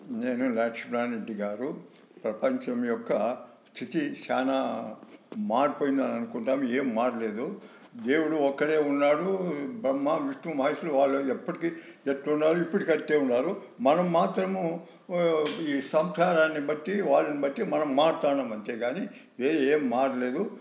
నేను లక్ష్మీనారాయణ రెడ్డి గారు ప్రపంచం యొక్క స్థితి చాలా మారిపోయిందని అనుకుంటాం ఏమి మారలేదు దేవుడు ఒక్కడే ఉన్నాడు బ్రహ్మ విష్ణువు మహేశ్వరులు వాళ్ళు ఎప్పటికీ ఎట్లుండారో ఇప్పటికీ అలానే ఉన్నారు మనం మాత్రము ఈ సంసారాన్ని బట్టి వాళ్ళని బట్టి మనం మారతాండం అంతేగాని వేరే ఏమి మారలేదు